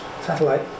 satellite